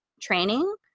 training